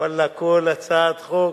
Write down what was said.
ואללה, כל הצעת חוק,